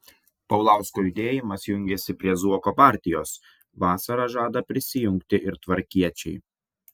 paulausko judėjimas jungiasi prie zuoko partijos vasarą žada prisijungti ir tvarkiečiai